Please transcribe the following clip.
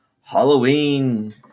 Halloween